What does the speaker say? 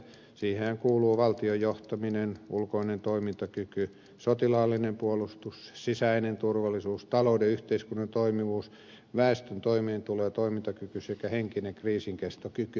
siihenhän kuuluvat valtion johtaminen ulkoinen toimintakyky sotilaallinen puolustus sisäinen turvallisuus talouden ja yhteiskunnan toimivuus väestön toimeentulo ja toimintakyky sekä henkinen kriisinkestokyky